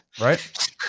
Right